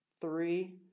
three